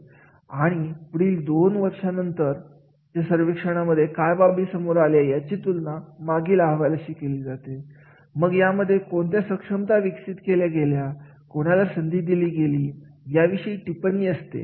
आणि पुढील दोन वर्षानंतर च्या सर्वेक्षणामध्ये काय बाबी समोर आल्यायाची तुलना मागील अहवालाशी केली मग यामध्ये कोणत्या क्षमता विकसित केल्या गेल्या कोणाला संधी दिली गेली याविषयीची टिपणी असते